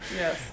Yes